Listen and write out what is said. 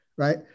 Right